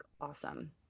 awesome